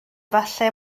falle